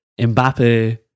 Mbappe